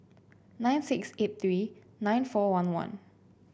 nine six eight three nine four one one